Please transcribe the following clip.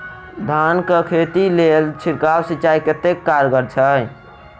धान कऽ खेती लेल छिड़काव सिंचाई कतेक कारगर छै?